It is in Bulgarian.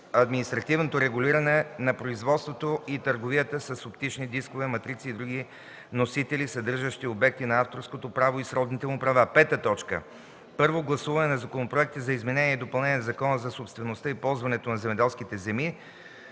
административното регулиране на производството и търговията с оптични дискове, матрици и други носители, съдържащи обекти на авторското право и сродните му права. 5. Първо гласуване на законопроекти за изменение и допълнение на Закона за собствеността и ползването на земеделските земи